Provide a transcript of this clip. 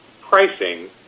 pricing